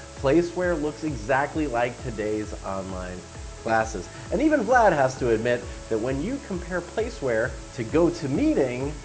placeware it looks exactly like today's online classes, and even vlad has to admit that when you compare placeware to gotomeeting.